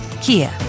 Kia